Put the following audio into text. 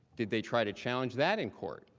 did they try to challenge that in court?